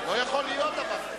לא ניתן לו לדבר.